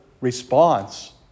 response